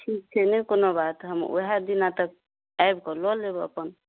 ठीक छै नहि कोनो बात हम ओएह दिना तक आबि कऽ लऽ लेब अपन